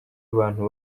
abantu